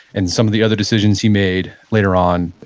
and some of the other decisions he made later on.